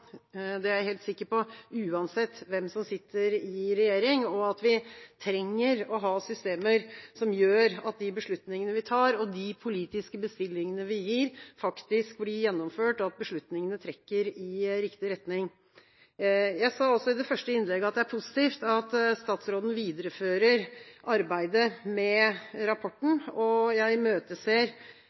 det er jeg helt sikker på – uansett hvem som sitter i regjering. Vi trenger systemer som gjør at de beslutningene vi tar, og de politiske bestillingene vi gir, faktisk blir gjennomført, og at beslutningene trekker i riktig retning. Jeg sa også i det første innlegget at det er positivt at statsråden viderefører arbeidet med rapporten, og jeg imøteser